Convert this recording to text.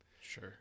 Sure